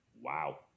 Wow